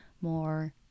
more